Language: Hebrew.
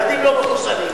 הילדים לא מחוסנים,